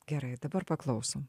gerai dabar paklausom